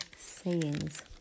sayings